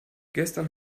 gestern